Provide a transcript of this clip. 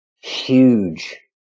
huge